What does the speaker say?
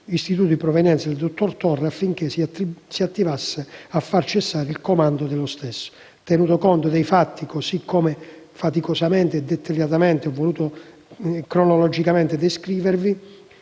istituto di provenienza del dottor Torre, affinché si attivasse a far cessare il comando dello stesso. Tenuto conto dei fatti, così come faticosamente, dettagliatamente e cronologicamente ho voluto